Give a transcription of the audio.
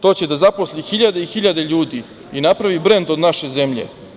To će da zaposli 1.000 i 1.000 ljudi i napravi brend od naše zemlje.